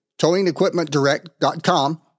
towingequipmentdirect.com